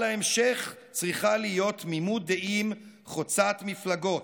על ההמשך צריכה להיות תמימות דעים חוצת מפלגות.